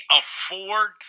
afford